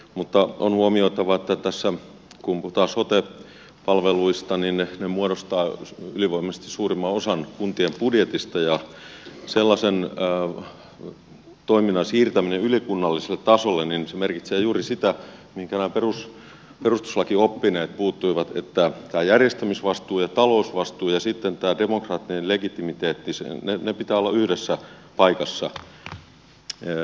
mutta on huomioitava että kun puhutaan sote palveluista niin ne muodostavat ylivoimaisesti suurimman osan kuntien budjetista ja sellaisen toiminnan siirtäminen ylikunnalliselle tasolle merkitsee juuri sitä mihinkä nämä perustuslakioppineet puuttuivat että järjestämisvastuun ja talousvastuun ja demokraattisen legitimiteetin pitää olla yhdessä paikassa